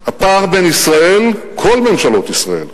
הפער בין ישראל, כל ממשלות ישראל,